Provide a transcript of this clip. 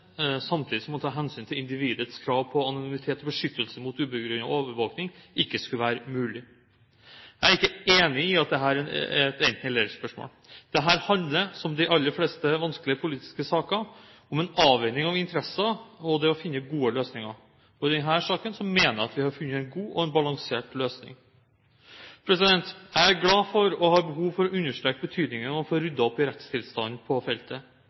samtidig som man må ta hensyn til individets krav til anonymitet og beskyttelse mot ubegrunnet overvåkning, ikke skulle være mulig. Jeg er ikke enig i at dette er et enten–eller-spørsmål. Dette handler, som de aller fleste vanskelige politiske saker, om en avveining av interesser og det å finne gode løsninger. I denne saken mener jeg at vi har funnet en god og balansert løsning. Jeg er glad for og har behov for å understreke betydningen av å få ryddet opp i rettstilstanden på feltet.